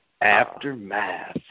aftermath